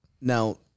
now